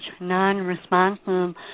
non-responsive